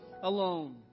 alone